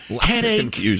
Headache